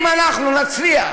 אם אנחנו נצליח